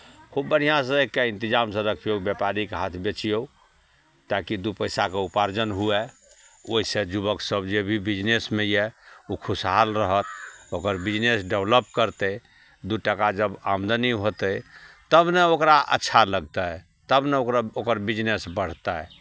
खूब बढ़िआँसँ राखि कऽ इन्तजामसँ रखियौ व्यापारीके हाथ बेचियौ ताकि दू पैसाके उपार्जन हुअय ओहिसँ युवकसभ जे भी बिजनेसमे यए ओ खुशहाल रहत ओकर बिजनेस डेभलप करतै दू टाका जब आमदनी होतै तब ने ओकरा अच्छा लगतै तब ने ओकर ओकर बिजनेस बढ़तै